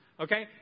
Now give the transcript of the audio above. Okay